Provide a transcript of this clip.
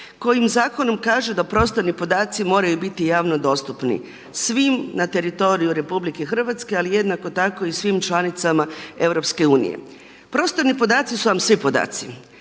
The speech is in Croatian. kojim zakonom kaže da prostorni podaci moraju biti javno dostupni svim na teritoriju Republike Hrvatske, ali jednako tako i svim članicama Europske unije. Prostorni podaci su vam svi podaci.